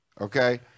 okay